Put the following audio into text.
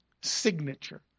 signature